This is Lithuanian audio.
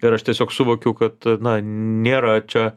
ir aš tiesiog suvokiu kad na nėra čia